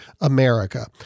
America